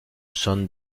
son